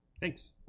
thanks